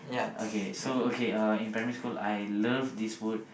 okay so okay uh in primary school I love this food